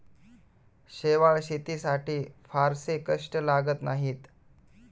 शेवाळं शेतीसाठी फारसे कष्ट लागत नाहीत